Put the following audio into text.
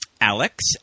Alex